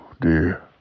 dear